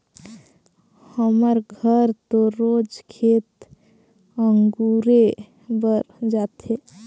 हमर घर तो रोज खेत अगुरे बर जाथे